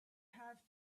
have